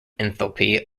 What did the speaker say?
enthalpy